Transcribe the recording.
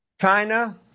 China